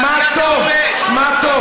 שמע טוב, שמע טוב.